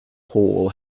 hall